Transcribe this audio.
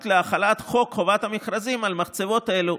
להחלת חוק חובת המכרזים על המחצבות האלה,